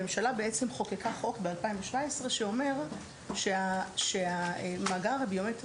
הממשלה בעצם חוקקה חוק ב-2017 שאומר שהמאגר הביומטרי